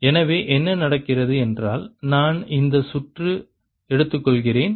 எனவே என்ன நடக்கிறது என்றால் நான் இந்த சுற்று எடுத்துக்கொள்கிறேன்